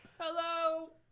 Hello